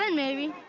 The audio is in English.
and maybe.